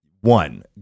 one